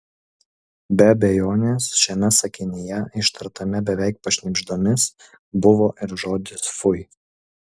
be abejonės šiame sakinyje ištartame beveik pašnibždomis buvo ir žodis fui